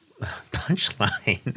punchline